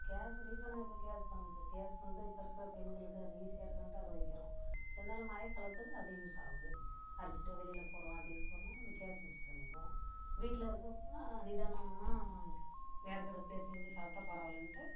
case ரீசணாக இப்போ gas வந்தது கேஸ் வந்து இப்போ இருக்கிற பெண்களுக்கு அது ஈஸியாக இருக்குன்ட்டு அது வைக்கிறோம் இருந்தாலும் மழை காலத்துக்கு அது யூஸ் ஆகுது அர்ஜெண்டாக வெளியில போகிறோம் ஆஃபீஸுக்கு போறோம்னா நம்ம கேஸ் யூஸ் பண்ணிப்போம் வீட்டில இருக்க போனால் ஆ நிதானமாக விறகு அடுப்புலியே செஞ்சு சாப்பிடா பரவாயிலன்ட்டு